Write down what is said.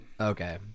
Okay